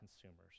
consumers